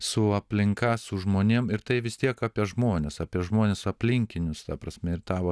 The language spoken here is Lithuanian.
su aplinka su žmonėm ir tai vis tiek apie žmones apie žmones aplinkinius ta prasme ir tavo